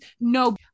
no